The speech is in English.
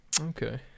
Okay